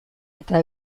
eta